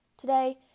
today